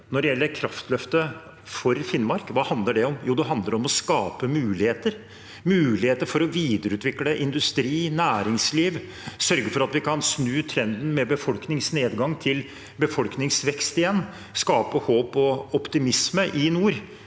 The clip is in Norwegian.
Når det gjelder kraftløftet for Finnmark, hva handler det om? Jo, det handler om å skape muligheter – muligheter for å videreutvikle industri, næringsliv, sørge for at vi kan snu trenden med befolkningsnedgang til befolkningsvekst igjen, skape håp og optimisme i nord.